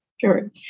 Sure